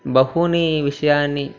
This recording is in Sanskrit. बहवः विषयाः